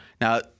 Now